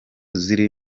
ziri